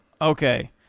Okay